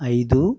ఐదు